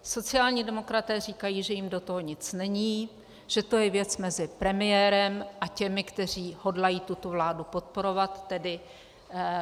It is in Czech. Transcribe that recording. Sociální demokraté říkají, že jim do toho nic není, že to je věc mezi premiérem a těmi, kteří hodlají tuto vládu podporovat, a tedy KSČM.